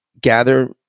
gather